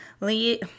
Lee